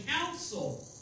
council